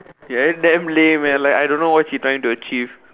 ya lah then damn lame leh I don't know what she trying to achieve